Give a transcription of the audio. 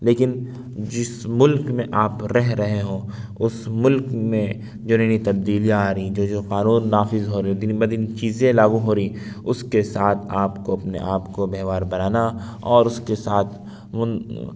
لیکن جس ملک میں آپ رہ رہے ہوں اس ملک میں جو نئی نئی تبدیلیاں آ رہی ہیں جو جو قانون نافذ ہو رہے ہیں دن بہ دن چیزیں لاگو ہو رہی ہیں اس کے ساتھ آپ کو اپنے آپ کو بیوہار بنانا اور اس کے ساتھ ان